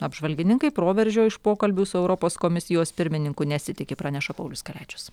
apžvalgininkai proveržio iš pokalbių su europos komisijos pirmininku nesitiki praneša paulius kalečius